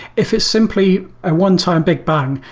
if it's simply a one-time big band,